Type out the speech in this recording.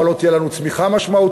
אבל לא תהיה לנו צמיחה משמעותית,